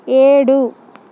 ఏడు